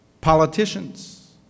politicians